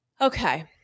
Okay